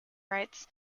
rights